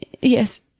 yes